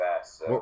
fast